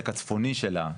והחלק הצפוני שלה,